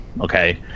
okay